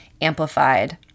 amplified